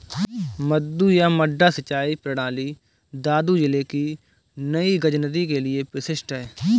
मद्दू या मड्डा सिंचाई प्रणाली दादू जिले की नई गज नदी के लिए विशिष्ट है